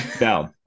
no